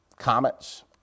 comets